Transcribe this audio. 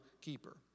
keeper